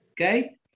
okay